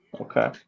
Okay